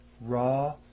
Raw